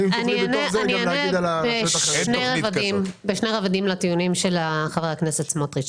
אני אענה בשני רבדים לטיעונים של חבר הכנסת סמוטריץ'.